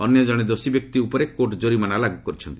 ଅନ୍ୟଜଣେ ଦୋଷୀ ବ୍ୟକ୍ତି ଉପରେ କୋର୍ଟ ଜୋରିମାନା ଲାଗୁ କରିଛନ୍ତି